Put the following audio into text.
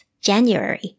January